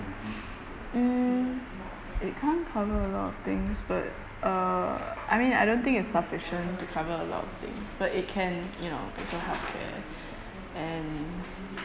mm it can't cover a lot of things but uh I mean I don't think it's sufficient to cover a lot of things but it can you know pay for healthcare and